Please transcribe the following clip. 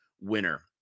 winner